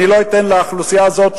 אני לא אתן לאוכלוסייה הזאת,